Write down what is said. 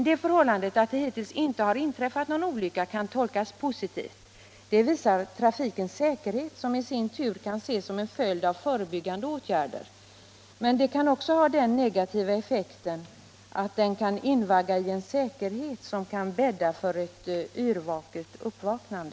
Det förhållandet att det hittills inte har inträffat någon olycka kan tolkas positivt. Det visar trafikens säkerhet, som i sin tur kan ses som en följd av förebyggande åtgärder. Men det kan också ha den negativa effekten att den kan invagga i en säkerhet som kan bädda för ett nymornat uppvaknande.